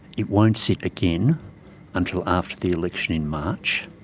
it won't sit again until after the election in march,